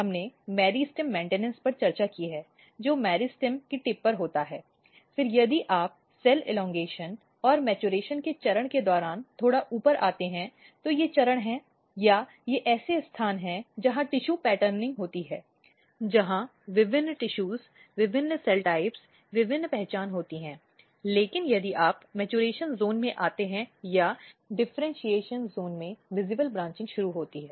हमने meristem maintenance पर चर्चा की है जो मेरिस्टेम की टिप पर होता है फिर यदि आप सेल बढ़ाव और परिपक्वता के चरण के दौरान थोड़ा ऊपर आते हैं तो ये चरण हैं या ये ऐसे स्थान हैं जहां ऊतक पैटर्निंग होती है जहां विभिन्न ऊतक विभिन्न कोशिका प्रकार विभिन्न पहचान होती हैं लेकिन यदि आप मैट्यूरेशॅन जोन में आते हैं या डिफ़र्इन्शीएशन जोन में दृश्यमान ब्रांचिंग शुरू होती हैं